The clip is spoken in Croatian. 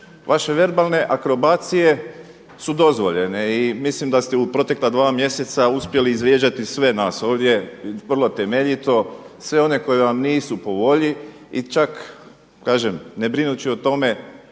Vaše verbalne akrobacije su dozvoljene i mislim da ste u protekla dva mjeseca uspjeli izvrijeđati sve nas ovdje vrlo temeljito, sve one koji vam nisu po volji i čak kažem ne brinući o tome